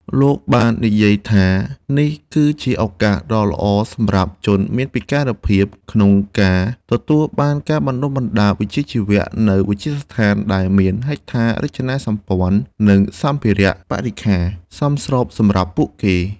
លោកបាននិយាយថា នេះគឺជាឱកាសដ៏ល្អសម្រាប់ជនមានពិការភាពក្នុងការទទួលបានការបណ្តុះបណ្តាលវិជ្ជាជីវៈនៅវិទ្យាស្ថានដែលមានហេដ្ឋារចនាសម្ព័ន្ធនិងសម្ភារៈបរិក្ខារសមស្របសម្រាប់ពួកគេ។